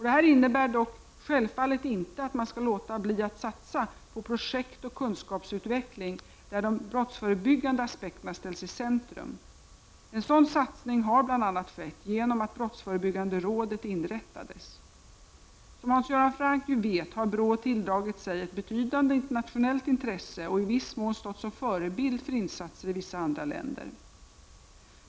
Detta innebär dock självfallet inte att man skall låta bli att satsa på projekt och kunskapsutveckling där de brottsförebyggande aspekterna ställs i centrum. En sådan satsning har bl.a. skett genom att brottsförebyggande rådet inrättades. Som Hans Göran Franck ju vet har BRÅ tilldragit sig ett betydande internationellt intresse och i viss mån stått som förebild för insatser i vissa andra länder.